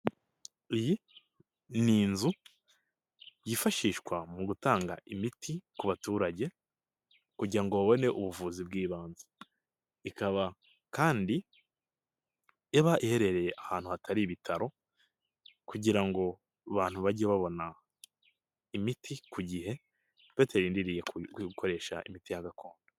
Iyi ni inzu yifashishwa mu gutanga imiti ku baturage kugira ngo babone ubuvuzi bw'ibanze, ikaba kandi iba iherereye ahantu hatari ibitaro, kugira ngo ban bajye babona imiti ku gihe batandiriye gukoresha imiti y gakondo.